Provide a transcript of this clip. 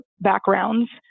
backgrounds